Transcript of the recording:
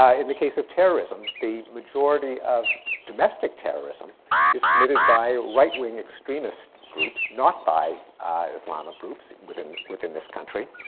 ah in the case of terrorism, the majority of domestic terrorism is committed by right-wing extremist groups, not by islamic groups within within this country.